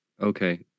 Okay